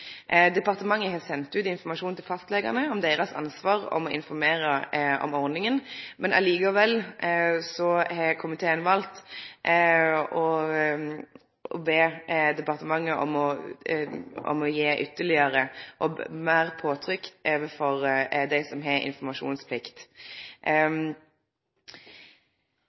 Departementet har sendt ut informasjon til fastlegane om deira ansvar for å informere om ordninga, men likevel har komiteen valt å be departementet øve meir påtrykk overfor dei som har informasjonsplikt.